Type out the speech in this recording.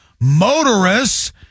motorists